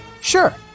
Sure